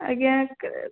ଆଜ୍ଞା